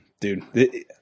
dude